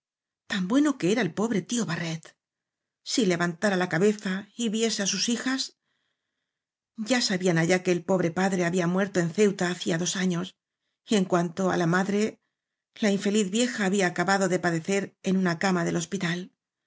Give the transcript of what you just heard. bue no que era el pobre tío barret si levantara la cabeza y viese á sus hijas ya sabían allá que el pobre padre había muerto en ceuta hacía dos años y en cuanto á la madre la infe liz vieja había acabado de padecer en una cama del hospital